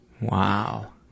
Wow